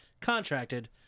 contracted